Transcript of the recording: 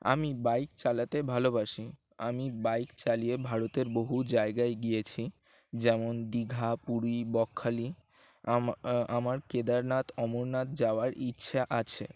আমি বাইক চালাতে ভালোবাসি আমি বাইক চালিয়ে ভারতের বহু জায়গায় গিয়েছি যেমন দীঘা পুরী বকখালি আম আমার কেদারনাথ অমরনাথ যাওয়ার ইচ্ছে আছে